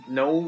no